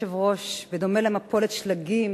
בדומה למפולת שלגים